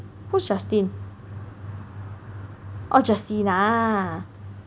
who is Justin orh Justina